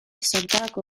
zertarako